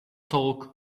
talk